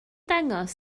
dangos